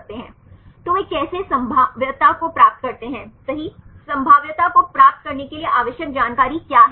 तो वे कैसे संभाव्यता को प्राप्त करते हैं सही संभाव्यता को प्राप्त करने के लिए आवश्यक जानकारी क्या है